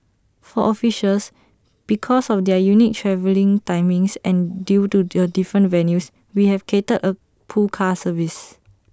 for officials because of their unique travelling timings and due to A different venues we have catered A pool car service